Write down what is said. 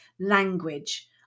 language